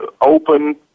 open